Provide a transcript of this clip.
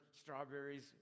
strawberries